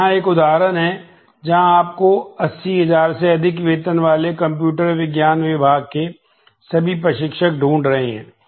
तो यहाँ एक उदाहरण है जहाँ आपको 80000 से अधिक वेतन वाले कंप्यूटर विज्ञान के सभी प्रशिक्षक ढूंढ रहे हैं